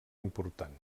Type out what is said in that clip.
important